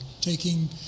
taking